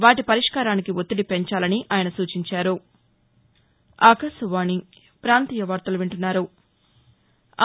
వాటి పరిష్కారానికి ఒత్తిడి పెంచాలని ఆయన సూచించారు